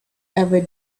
ever